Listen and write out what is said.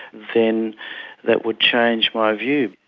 then that would change my view.